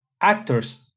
actors